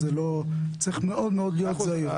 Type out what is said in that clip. צריך מאוד להיות זהיר,